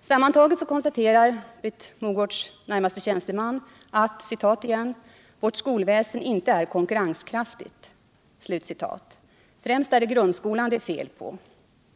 Sammantaget konstaterar Britt Mogårds närmaste tjänsteman att ”vårt skolväsen inte är konkurrenskraftigt”. Främst är det grundskolan det är fel på.